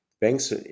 banks